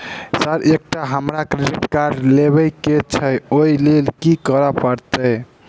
Sir एकटा हमरा credit card लेबकै छैय ओई लैल की करऽ परतै?